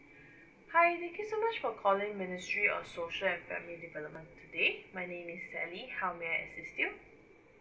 hi thank you so much for calling ministry of social and family development today my name is sally how may I assist